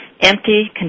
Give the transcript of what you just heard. empty